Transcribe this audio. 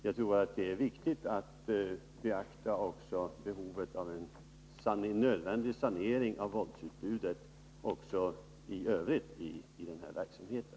Jag tror att det är viktigt att också beakta behovet av en nödvändig sanering av våldsutbudet i allmänhet inom den här verksamheten.